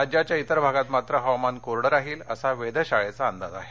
राज्याच्या ठिर भागात मात्र हवामान कोरडं राहील असा वेधशाळेचा अंदाज आहे